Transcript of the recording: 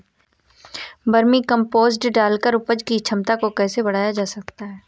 Vermi compost डालकर उपज की क्षमता को कैसे बढ़ाया जा सकता है?